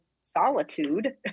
solitude